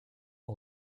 ont